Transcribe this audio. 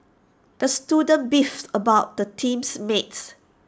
the student beefed about his teams mates